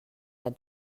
der